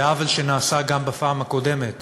זה עוול שנעשה גם בפעם הקודמת